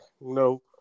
no